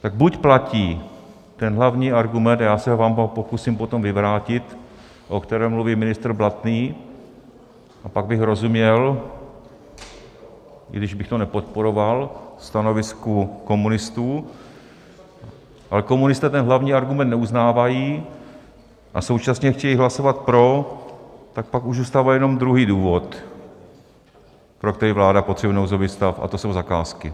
Tak buď platí ten hlavní argument a já se vám ho pokusím potom vyvrátit, o kterém mluví ministr Blatný, a pak bych rozuměl, i když bych to nepodporoval, stanovisku komunistů, ale komunisté ten hlavní argument neuznávají a současně chtějí hlasovat pro, tak pak už zůstává jenom druhý důvod, pro který vláda potřebuje nouzový stav, a to jsou zakázky.